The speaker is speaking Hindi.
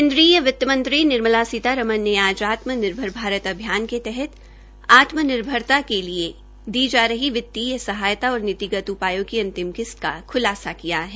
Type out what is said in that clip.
केन्द्रीय वित्तमंत्री निर्मला सीतारमन ने आज आत्मनिर्भर भारत अभियान के तहत आत्मनिर्भरता के लिए ए दी जा रही वित्तीय सहायता और नीतिगत उपायों की अंतिम किश्त का ख्लासा किया है